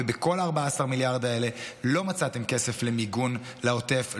ובכל ה-14 מיליארד האלה לא מצאתם כסף למיגון לעוטף,